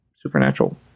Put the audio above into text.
Supernatural